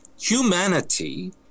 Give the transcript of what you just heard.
Humanity